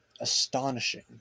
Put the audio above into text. astonishing